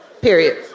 Period